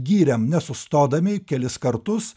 gyrėm nesustodami kelis kartus